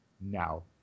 now